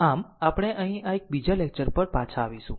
આમ આપણે અહીં આ એક બીજા લેકચર પર પાછા આવીશું